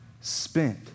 spent